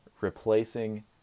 replacing